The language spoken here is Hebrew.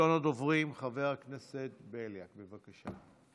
ראשון הדוברים, חבר הכנסת בליאק, בבקשה.